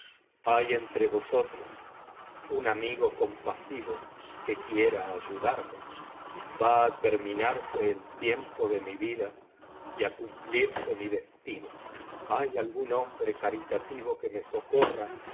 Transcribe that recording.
hay entre vosotros un amigo compasivo que quiera ayudarme va á terminarse el tiempo de mi vida y á cumplirse mi destino hay algún hombre caritativo que me socorra